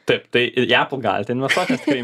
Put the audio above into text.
taip tai į apple galit investuot nes tai